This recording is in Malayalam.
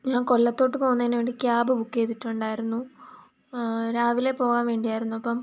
ഞാൻ കൊല്ലത്തോട്ട് പോകുന്നതിന് വേണ്ടി ക്യാബ് ബുക്ക് ചെയ്തിട്ടുണ്ടായിരുന്നു രാവിലെ പോവാൻ വേണ്ടി ആയിരുന്നു അപ്പം